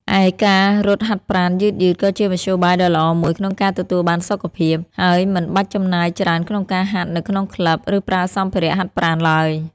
ឯការរត់ហាត់ប្រាណយឺតៗក៏ជាមធ្យោបាយដ៏ល្អមួយក្នុងការទទួលបានសុខភាព ហើយមិនបាច់ចំណាយច្រើនក្នុងការហាត់នៅក្នុងក្លិប ឬប្រើសម្ភារៈហាត់ប្រាណឡើយ។